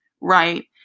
right